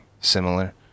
similar